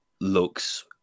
looks